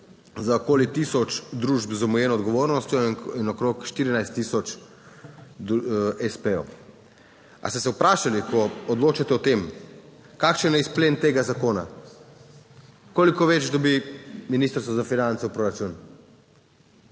za okoli tisoč družb z omejeno odgovornostjo in okrog 14 tisoč espejev? Ali ste se vprašali, ko odločate o tem, kakšen je izplen tega zakona? Koliko več dobi Ministrstvo za finance v proračun?